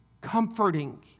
comforting